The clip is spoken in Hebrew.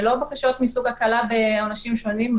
ולא בקשות להקלה בעונשים שונים.